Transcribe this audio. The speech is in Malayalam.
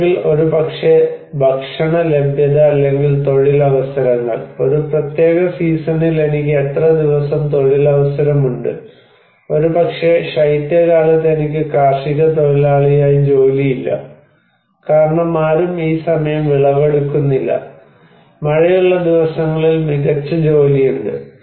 അല്ലെങ്കിൽ ഒരുപക്ഷേ ഭക്ഷണ ലഭ്യത അല്ലെങ്കിൽ തൊഴിലവസരങ്ങൾ ഒരു പ്രത്യേക സീസണിൽ എനിക്ക് എത്ര ദിവസം തൊഴിൽ അവസരമുണ്ട് ഒരുപക്ഷേ ശൈത്യകാലത്ത് എനിക്ക് കാർഷിക തൊഴിലാളിയായി ജോലിയില്ല കാരണം ആരും ഈ സമയം വിളവെടുക്കുന്നില്ല മഴയുള്ള ദിവസങ്ങളിൽ മികച്ച ജോലി ഉണ്ട്